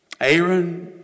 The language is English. Aaron